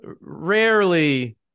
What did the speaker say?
rarely